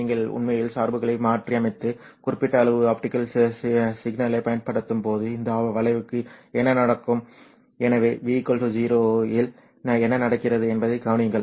நீங்கள் உண்மையில் சார்புகளை மாற்றியமைத்து குறிப்பிட்ட அளவு ஆப்டிகல் சிக்னலைப் பயன்படுத்தும்போது இந்த வளைவுக்கு என்ன நடக்கும் எனவே v 0 இல் என்ன நடக்கிறது என்பதைக் கவனியுங்கள்